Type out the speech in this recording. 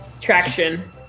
traction